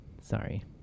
Sorry